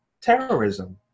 terrorism